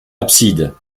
abside